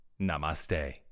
Namaste